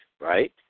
right